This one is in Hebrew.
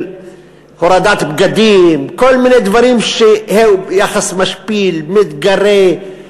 של הורדת בגדים, כל מיני דברים, יחס משפיל, מתגרה,